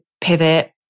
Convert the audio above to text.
pivot